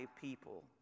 people